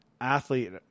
athlete